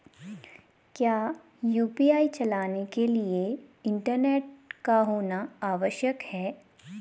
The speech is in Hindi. क्या यु.पी.आई चलाने के लिए इंटरनेट का होना आवश्यक है?